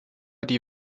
die